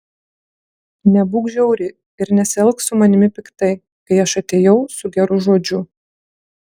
nebūk žiauri ir nesielk su manimi piktai kai aš atėjau su geru žodžiu